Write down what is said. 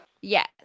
Yes